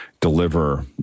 deliver